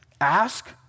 ask